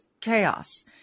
chaos